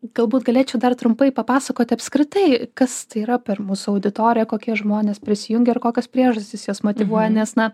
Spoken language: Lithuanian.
galbūt galėčiau dar trumpai papasakoti apskritai kas tai yra per mūsų auditorija kokie žmonės prisijungia ir kokios priežastys juos motyvuoja nes na